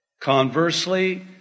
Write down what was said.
Conversely